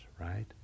right